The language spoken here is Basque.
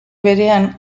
berean